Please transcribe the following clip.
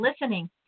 listening